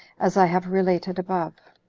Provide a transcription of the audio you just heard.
as i have related above.